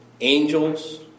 Angels